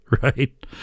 Right